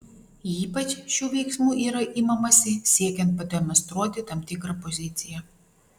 ypač šių veiksmų yra imamasi siekiant pademonstruoti tam tikrą poziciją